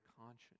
conscience